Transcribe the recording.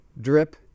drip